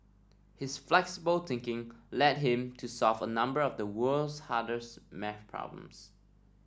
his flexible thinking led him to solve a number of the world's hardest maths problems